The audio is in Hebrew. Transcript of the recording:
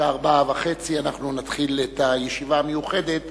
בשעה 16:30 נתחיל את הישיבה המיוחדת